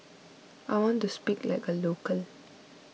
I want to speak like a local